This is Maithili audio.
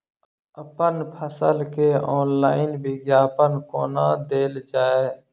अप्पन फसल केँ ऑनलाइन विज्ञापन कोना देल जाए?